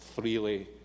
freely